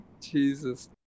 Jesus